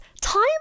time